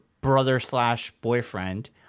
brother-slash-boyfriend